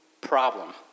problem